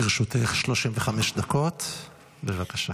לרשותך 35 דקות, בבקשה.